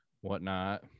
whatnot